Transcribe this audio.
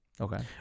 Okay